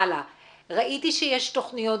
ראיתי שיש תכניות,